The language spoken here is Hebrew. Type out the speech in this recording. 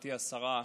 גברתי השרה,